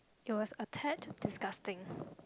there was attached disgusting